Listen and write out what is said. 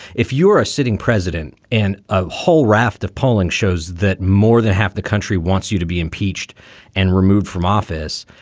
if you're a sitting president and a whole raft of polling shows that more than half the country wants you to be impeached and removed from office,